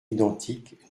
identiques